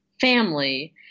family